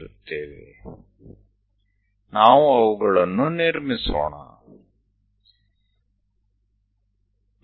તે જ રીતે કોઈ નીચેની બાજુ પર પણ રચવાની સ્થિતિમાં આવશે